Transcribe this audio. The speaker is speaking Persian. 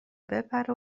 بپره